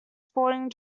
sporting